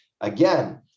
Again